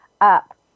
up